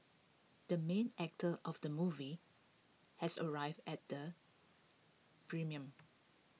the main actor of the movie has arrived at the premiere